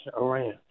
Iran